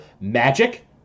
magic